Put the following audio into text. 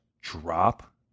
drop